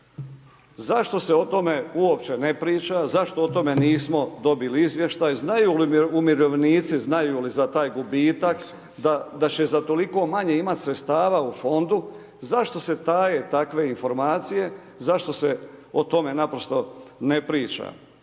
Zašto se o tome uopće ne priča, zašto o tome nismo dobili izvještaj, znaju li umirovljenici, znaju li za taj gubitak da će za toliko manje imati sredstava u fondu, zašto se taje takve informacije, zašto se o tome naprosto ne priča?